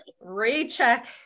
recheck